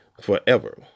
forever